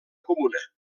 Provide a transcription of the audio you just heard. comuna